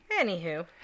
Anywho